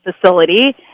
facility